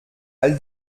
all